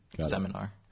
seminar